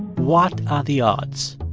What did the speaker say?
what are the odds?